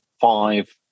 five